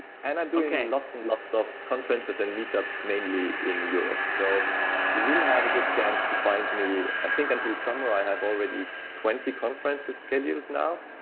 and i'm doing lots and lots of conferences sand and meet ups mainly in europe. so you will have a good chance to find me i think, until summer, i have already twenty conferences scheduled now.